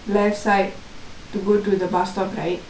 left side to go to the bus stop right